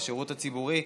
בשירות הציבורי,